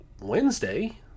wednesday